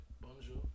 bonjour